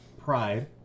pride